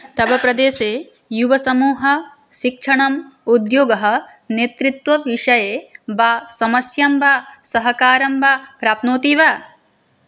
तवप्रदेशे युवसमूहः शिक्षणम् उद्योगः नेतृत्वविषये वा समस्यां वा सहकारं वा प्राप्नोति वा